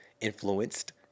influenced